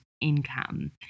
income